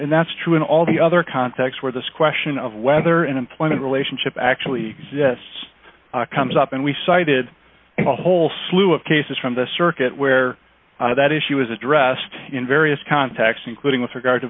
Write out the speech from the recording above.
and that's true in all the other contexts where this question of whether an employment relationship actually exists comes up and we cited a whole slew of cases from the circuit where that issue was addressed in various contexts including with regard to